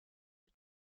the